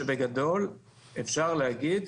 שבגדול אפשר להגיד,